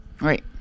Right